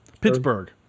Pittsburgh